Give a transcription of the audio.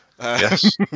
Yes